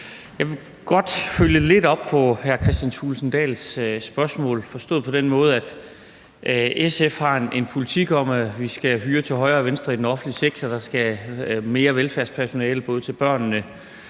Jeg vil godt følge lidt op på hr. Kristian Thulesen Dahls spørgsmål, forstået på den måde, at SF har en politik om, at vi skal hyre til højre og venstre i den offentlige sektor, at der skal mere velfærdspersonale både til børnene